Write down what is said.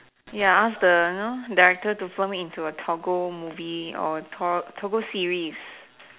ya ask the you know director to film into a Toggle movie or a tor Toggle series